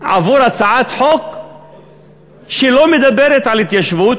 עבור הצעת חוק שלא מדברת על התיישבות,